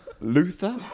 Luther